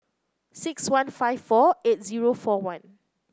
six one five four eight zero four one